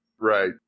Right